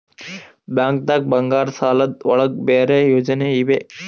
ಬ್ಯಾಂಕ್ದಾಗ ಬಂಗಾರದ್ ಸಾಲದ್ ಒಳಗ್ ಬೇರೆ ಯೋಜನೆ ಇವೆ?